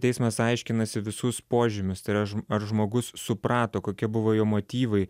teismas aiškinasi visus požymius tai yra ar žmogus suprato kokia buvo jo motyvai